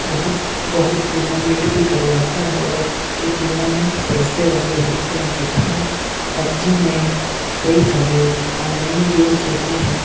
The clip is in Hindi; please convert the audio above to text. बहुत बहुत टूर्नामेंट भी करवाता है और ये टूर्नामेंट पैसे वाले होते हैं तथा पब्जी में कई सारे ऑनलाइन गेम्स होते हैं